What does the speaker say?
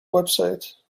website